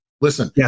Listen